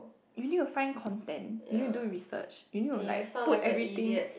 you need to find content you need to do research you need like to put everything